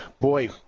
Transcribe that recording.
Boy